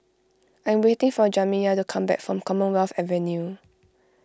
I am waiting for Jamiya to come back from Commonwealth Avenue